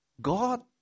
God